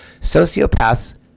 sociopaths